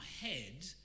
head